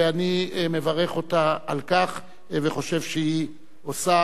ואני מברך אותה על כך וחושב שהיא עושה